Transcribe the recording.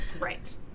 Right